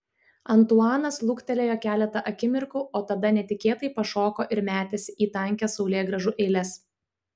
antuanas luktelėjo keletą akimirkų o tada netikėtai pašoko ir metėsi į tankias saulėgrąžų eiles